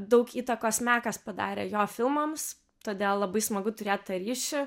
daug įtakos mekas padarė jo filmams todėl labai smagu turėt tą ryšį